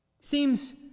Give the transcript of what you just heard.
Seems